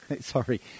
sorry